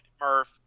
Murph